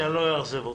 שאני לא אאכזב אתכם.